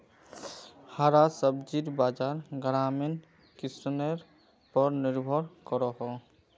हरा सब्जिर बाज़ार ग्रामीण किसनर पोर निर्भर करोह